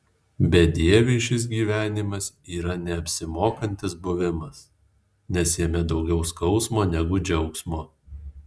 bedieviui šis gyvenimas yra neapsimokantis buvimas nes jame daugiau skausmo negu džiaugsmo